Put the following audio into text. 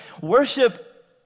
Worship